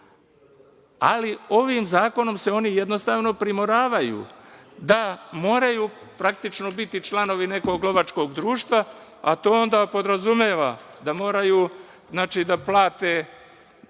Ali, ovim zakonom se oni, jednostavno, primoravaju da moraju, praktično, biti članovi nekog lovačkog društva, a to onda podrazumeva da moraju da plate